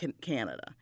Canada